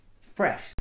fresh